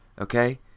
Okay